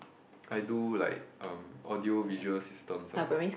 I do like um audio visual systems ah